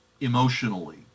emotionally